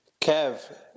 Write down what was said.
kev